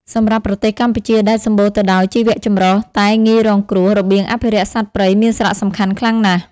សម្រាប់ប្រទេសកម្ពុជា ដែលសម្បូរទៅដោយជីវចម្រុះតែងាយរងគ្រោះ របៀងអភិរក្សសត្វព្រៃមានសារៈសំខាន់ខ្លាំងណាស់។